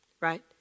right